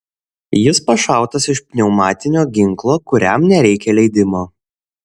jis pašautas iš pneumatinio ginklo kuriam nereikia leidimo